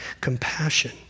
compassion